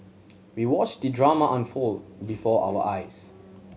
we watched the drama unfold before our eyes